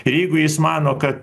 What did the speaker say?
ir jeigu jis mano kad